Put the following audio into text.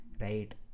right